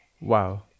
Wow